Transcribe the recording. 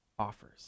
offers